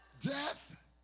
Death